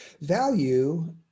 value